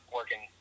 working